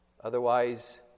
Otherwise